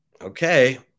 okay